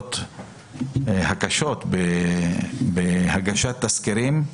הבעיות הקשות בהגשת תסקירים,